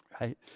right